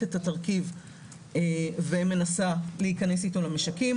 את התרכיב ומנסה להיכנס איתו למשקים.